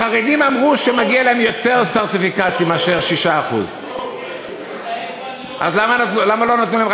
החרדים אמרו שמגיע להם יותר סרטיפיקטים מאשר 6%. למה לא נתנו להם,